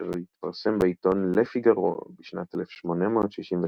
אשר התפרסם בעיתון "לה פיגארו" בשנת 1863,